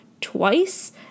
twice